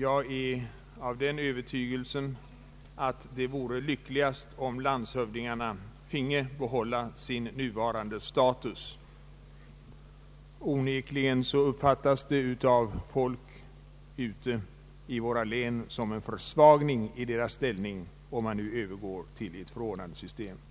Jag är av den övertygelsen att det vore lyckligast om landshövdingarna finge behålla sin nuvarande status. Onekligen uppfattas det ute i länen som en försvagning av deras ställning om man nu övergår till förordnandesystemet.